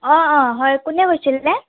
অ' অ' হয় কোনে কৈছিলে